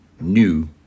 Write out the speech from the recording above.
new